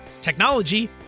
technology